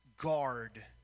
guard